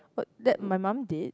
but that my mum did